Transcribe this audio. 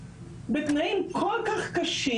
בתנאים כל כך קשים.